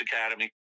academy